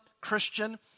Christian